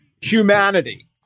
humanity